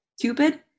Cupid